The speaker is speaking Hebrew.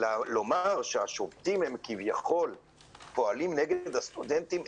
לומר שהשובתים הם כביכול פועלים נגד הסטודנטים,